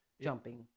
jumping